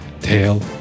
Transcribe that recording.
tail